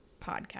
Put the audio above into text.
podcast